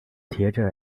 theatre